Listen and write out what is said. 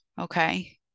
okay